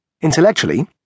Intellectually